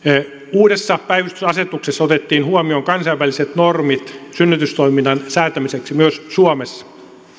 uudessa päivystysasetuksessa otettiin huomioon kansainväliset normit synnytystoiminnan säätämiseksi myös suomessa